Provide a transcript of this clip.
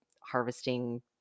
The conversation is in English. harvesting